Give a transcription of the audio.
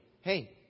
Hey